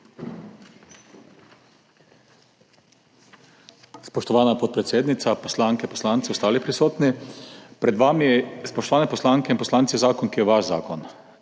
Spoštovana podpredsednica, poslanke, poslanci, ostali prisotni! Pred vami, spoštovani poslanke in poslanci, je zakon, ki je vaš zakon,